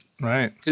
right